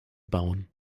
bauen